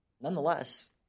nonetheless